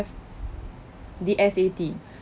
the S_A_T